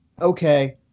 okay